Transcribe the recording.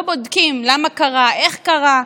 לא בודקים למה קרה, איך קרה.